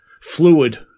fluid